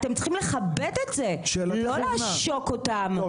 אתם צריכים לכבס את זה לא לעשוק אותם,